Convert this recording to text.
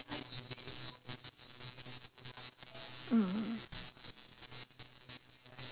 mm